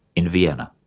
in vienna.